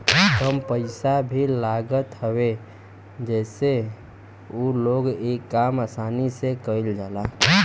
कम पइसा भी लागत हवे जसे उ लोग इ काम आसानी से कईल जाला